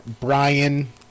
Brian